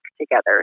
together